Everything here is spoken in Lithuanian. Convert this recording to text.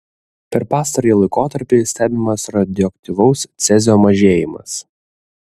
per pastarąjį laikotarpį stebimas radioaktyvaus cezio mažėjimas